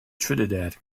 trinidad